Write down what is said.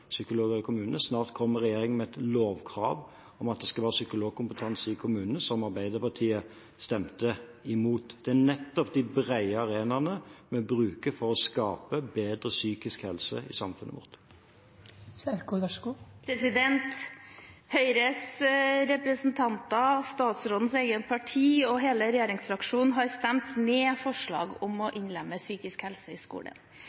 psykologer i kommunene. Snart kommer regjeringen med et lovkrav om at det skal være psykologkompetanse i kommunene, som Arbeiderpartiet stemte imot. Det er nettopp de brede arenaene vi bruker for å skape bedre psykisk helse i samfunnet vårt. Høyres representanter, statsrådens eget parti og hele regjeringsfraksjonen har stemt ned forslag om å innlemme psykisk helse i skolen.